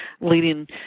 leading